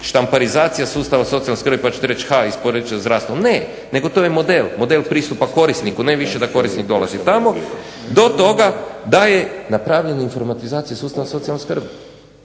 štamparizacija sustava socijalne skrbi pa ćete reći ha iz područja zdravstva ne, nego to je model, model pristupa korisniku ne više da korisnik dolazi tamo do toga da je napravljena informatizacija sustava socijalne skrbi.